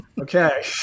Okay